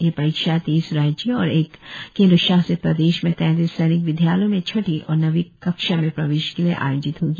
यह परीक्षा तेईस राज्यों और एक केंद्र शासित प्रदेश में तैतीस सैनिक विद्यालयों में छठी और नवीं कक्षा में प्रवेश के लिए आयोजित होगी